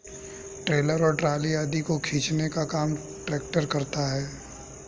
trailer और trolley आदि को खींचने का काम ट्रेक्टर करता है